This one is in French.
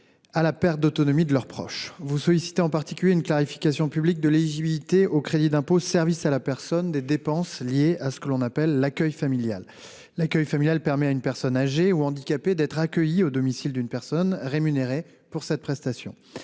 de perte d'autonomie de leurs proches. Vous sollicitez en particulier une clarification publique de l'éligibilité au crédit d'impôt « services à la personne » (Cisap) des dépenses liées à ce que l'on appelle l'accueil familial. L'accueil familial permet à une personne âgée ou handicapée d'être accueillie au domicile d'une personne rémunérée pour cette prestation.